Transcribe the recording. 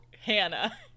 Hannah